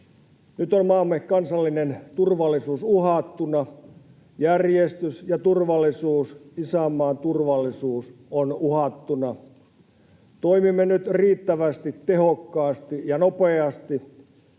Nyt on maamme kansallinen turvallisuus uhattuna. Järjestys ja turvallisuus, isänmaan turvallisuus on uhattuna. Toimimme nyt riittävästi, tehokkaasti ja nopeasti.